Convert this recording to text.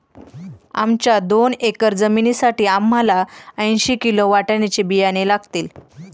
आमच्या दोन एकर जमिनीसाठी आम्हाला ऐंशी किलो वाटाण्याचे बियाणे लागतील